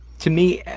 to me, ah,